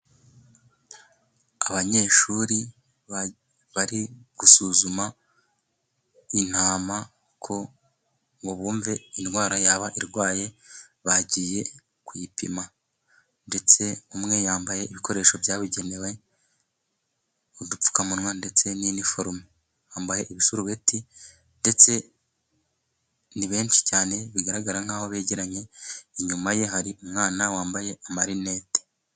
Abanyeshuri bari gusuzuma intama ngo bumve indwara yaba irwaye, bagiye kuyipima ndetse umwe yambaye ibikoresho byabugenewe, udupfukamunwa ndetse n'indi iniforume, bambaye ibisarubeti ndetse ni benshi cyane bigaragara nkaho begeranye, inyuma ye hari umwana wambaye amarineti.